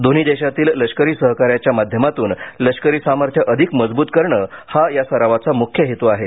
दोन्ही देशातील लष्करी सहकार्याच्या माध्यमातून लष्करी सामर्थ्य अधिक मजबूत करणे हा या सरावाचा मुख्य हेतू आहे